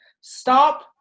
stop